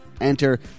Enter